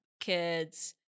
kids